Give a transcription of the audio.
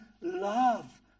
Love